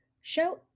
show